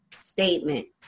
statement